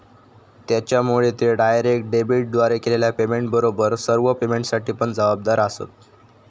त्येच्यामुळे ते डायरेक्ट डेबिटद्वारे केलेल्या पेमेंटबरोबर सर्व पेमेंटसाठी पण जबाबदार आसंत